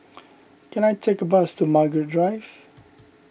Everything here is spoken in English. can I take a bus to Margaret Drive